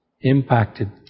impacted